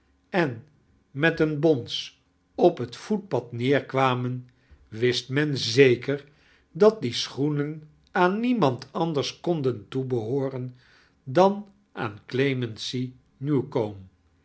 en met een bons op het voetpad neerkwamen wist men zekeir dat die schoenen aan niemand anders konden toebehooren dan aan clemency neiwoome